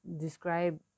describe